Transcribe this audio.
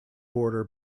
border